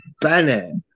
Bennett